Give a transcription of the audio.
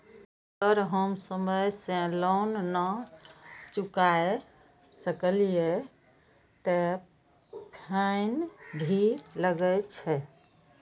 अगर हम समय से लोन ना चुकाए सकलिए ते फैन भी लगे छै?